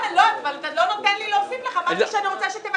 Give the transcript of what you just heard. אבל אתה לא נותן לי להוסיף לך משהו שאני רוצה שתבקש מדרורית.